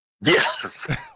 Yes